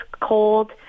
cold